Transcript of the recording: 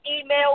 email